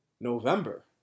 November